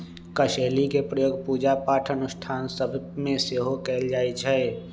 कसेलि के प्रयोग पूजा पाठ अनुष्ठान सभ में सेहो कएल जाइ छइ